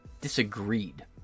disagreed